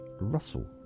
Russell